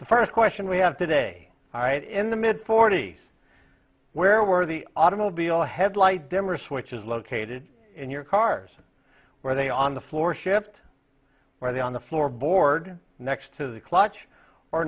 the first question we have today all right in the mid forty's where were the automobile headlight dimmer switches located in your cars where they on the floor shift where the on the floorboard next to the clutch or